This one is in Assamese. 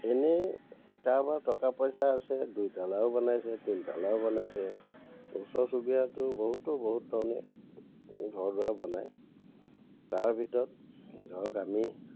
এনেই কাৰবাৰ টকা পইচা আছে দুইতলাও বনাইছে তিনিতলাও বনাইছে ওচৰ চুবুৰীয়াতো বহুতো বহুত ধৰণে ঘৰ দুৱাৰ বনায় তাৰ ভিতৰত ধৰক আমি